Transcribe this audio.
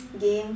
games